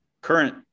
Current